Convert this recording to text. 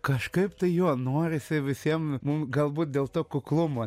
kažkaip tai juo norisi visiem mum galbūt dėl to kuklumo